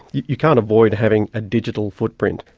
you can't avoid having a digital footprint,